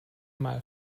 mal